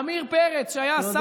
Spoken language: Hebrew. עמיר פרץ, שהיה,